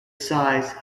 size